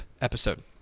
episode